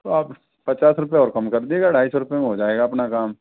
तो आप पचास रूपए और कम कर दीजिएगा ढाई सौ रूपए हो जाएगा अपना काम